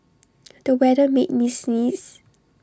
the weather made me sneeze